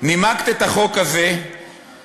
נימקת את החוק הזה ואמרת: